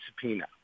subpoena